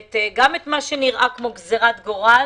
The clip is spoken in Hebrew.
גם את מה שנראה כמו גזירת גורל